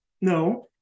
No